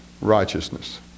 righteousness